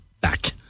back